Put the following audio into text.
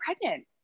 pregnant